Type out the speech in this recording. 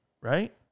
right